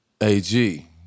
AG